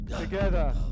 Together